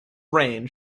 reign